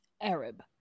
Arab